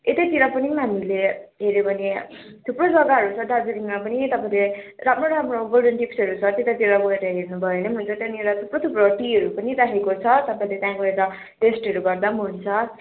यतैतिर पनि हामीले हेर्यौँ भने थुप्रै जगाहरू छ दार्जिलिङमा पनि तपाईँले राम्रो राम्रो गोल्डन टिप्सहरू छ त्यतातिर गएर हेर्नु भयो भने हुन्छ त्यहाँनेर थुप्रो थुप्रो टिहरू पनि राखेको छ तपाईँले त्यहाँ गएर टेस्टहरू गर्दा हुन्छ